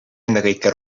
ennekõike